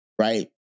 right